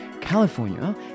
California